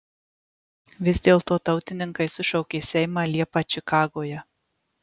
vis dėlto tautininkai sušaukė seimą liepą čikagoje